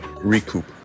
Recoup